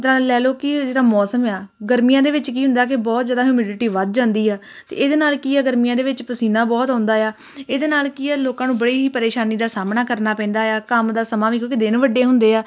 ਜਿਸ ਤਰ੍ਹਾਂ ਲੈ ਲਓ ਕਿ ਜਿਹੜਾ ਮੌਸਮ ਆ ਗਰਮੀਆਂ ਦੇ ਵਿੱਚ ਕੀ ਹੁੰਦਾ ਕਿ ਬਹੁਤ ਜ਼ਿਆਦਾ ਹਮਿਲਿਟੀ ਵੱਧ ਜਾਂਦੀ ਆ ਅਤੇ ਇਹਦੇ ਨਾਲ ਕੀ ਗਰਮੀਆਂ ਦੇ ਵਿੱਚ ਪਸੀਨਾ ਬਹੁਤ ਆਉਂਦਾ ਆ ਇਹਦੇ ਨਾਲ ਕੀ ਹੈ ਲੋਕਾਂ ਨੂੰ ਬੜੀ ਹੀ ਪਰੇਸ਼ਾਨੀ ਦਾ ਸਾਹਮਣਾ ਕਰਨਾ ਪੈਂਦਾ ਆ ਕੰਮ ਦਾ ਸਮਾਂ ਵੀ ਕਿਉਂਕਿ ਦਿਨ ਵੱਡੇ ਹੁੰਦੇ ਆ